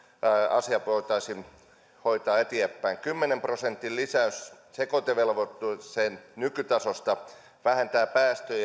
asia voitaisiin hoitaa eteenpäin kymmenen prosentin lisäys sekoitevelvoitteeseen nykytasosta vähentää päästöjä